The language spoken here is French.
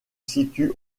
situe